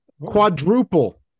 Quadruple